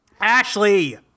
Ashley